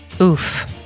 Oof